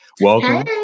Welcome